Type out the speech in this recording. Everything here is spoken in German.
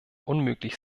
unmöglich